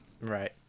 Right